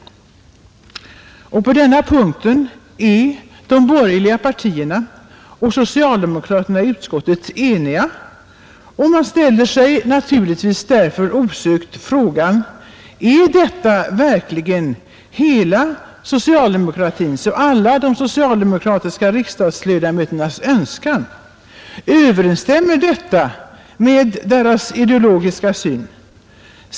På denna punkt är de borgerliga partierna och socialdemokraterna i utskottet eniga, och man ställer sig därför osökt frågorna: Är detta verkligen hela socialdemokratins och alla de socialdemokratiska riksdagsledamöternas önskan? Överensstämmer detta med deras ideologiska syn?